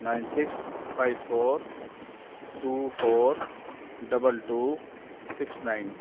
nine six five four two four double two six nine